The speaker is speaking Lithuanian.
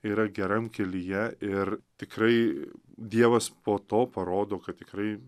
yra geram kelyje ir tikrai dievas po to parodo kad tikrai